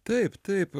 taip taip